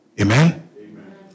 Amen